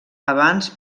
abans